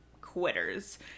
quitters